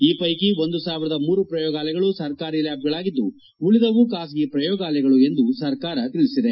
ಈ ಪ್ಲೆಕಿ ಒಂದು ಸಾವಿರದ ಮೂರು ಪ್ರಯೋಗಾಲಯಗಳು ಸರ್ಕಾರ ಲ್ಲಾಬ್ ಗಳಾಗಿದ್ದು ಉಳಿದವು ಖಾಸಗಿ ಪ್ರಯೋಗಾಲಯಗಳು ಎಂದು ಸರ್ಕಾರ ತಿಳಿಸಿದೆ